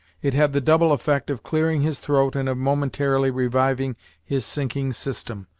it had the double effect of clearing his throat and of momentarily reviving his sinking system.